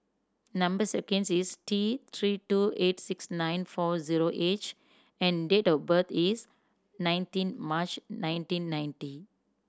number sequence is T Three two eight six nine four zero H and date of birth is nineteen March nineteen ninety